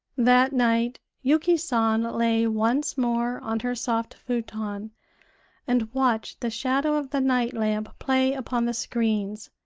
that night yuki san lay once more on her soft futon and watched the shadow of the night-lamp play upon the screens.